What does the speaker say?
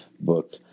book